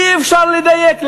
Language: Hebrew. אי-אפשר לדייק,